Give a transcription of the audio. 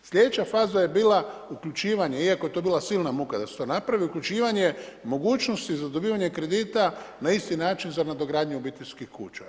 Slijedeća faza je bila uključivanje, iako je to bila silna muka da se to napravi, uključivanje mogućnosti za dobivanje kredita za isti način za nadogradnju obiteljskih kuća.